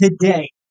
today